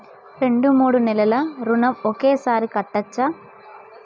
రెండు మూడు నెలల ఋణం ఒకేసారి కట్టచ్చా?